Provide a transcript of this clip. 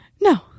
No